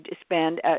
spend